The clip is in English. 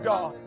God